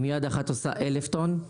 אם יד אחת עושה אלף טון,